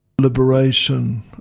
liberation